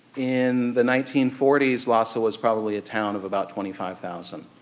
in the nineteen forty s, lhasa was probably a town of about twenty five thousand.